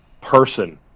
person